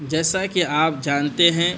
جیسا کہ آپ جانتے ہیں